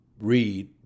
read